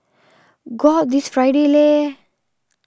go out this Friday Lei